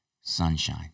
sunshine